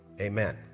amen